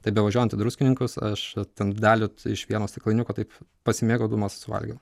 tai bevažiuojant į druskininkus aš ten dalį iš vieno stiklainiuko taip pasimėgaudamas suvalgiau